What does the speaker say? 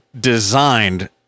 designed